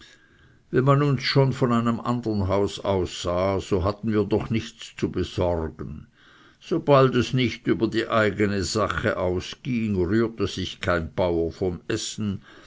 wenn man uns schon von einem andern haus aus sah so hatten wir doch nichts zu besorgen sobald es nicht über die eigene sache ausging rührte sich kein bauer vom essen